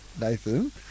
Nathan